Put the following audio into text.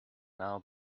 now